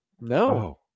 No